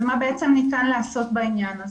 זה מה בעצם ניתן לעשות בעניין הזה.